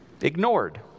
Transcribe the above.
ignored